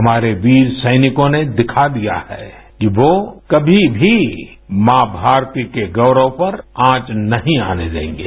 हमारे वीर सैनिकों ने दिखा दिया है कि वो कमी भी मौं भारती के गौरव पर आँच नहीं आने देंगे